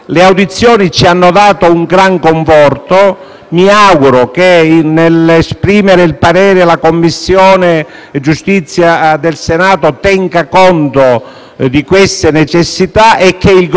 Mi auguro che, nell'esprimere il proprio parere, la Commissione giustizia del Senato tenga conto di tali necessità e che il Governo poi, nell'emanare il decreto-legge definitivo,